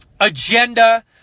agenda